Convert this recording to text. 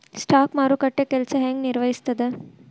stock ಮಾರುಕಟ್ಟೆ ಕೆಲ್ಸ ಹೆಂಗ ನಿರ್ವಹಿಸ್ತದ